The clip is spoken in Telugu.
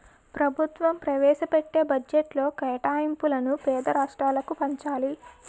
ప్రభుత్వం ప్రవేశపెట్టే బడ్జెట్లో కేటాయింపులను పేద రాష్ట్రాలకు పంచాలి